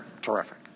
terrific